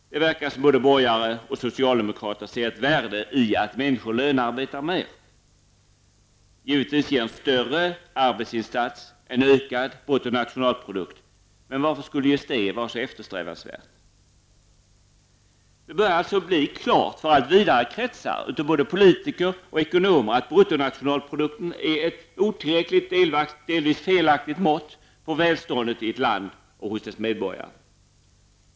Det verkar som om både borgare och socialdemokrater ser ett värde i att människor lönearbetar mer. Givetvis ger en större arbetsinsats en ökad bruttonationalprodukt. Men varför skulle just det vara så eftersträvansvärt? Det börjar alltså bli klart för allt vidare kretsar av politiker och ekonomer att bruttonationalprodukten är ett otillräckligt och delvis felaktigt mått på välståndet i ett land och hos dess medborgare.